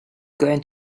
going